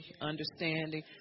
understanding